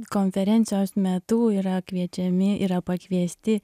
konferencijos metu yra kviečiami yra pakviesti